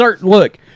Look